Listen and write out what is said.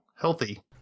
healthy